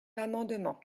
l’amendement